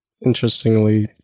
interestingly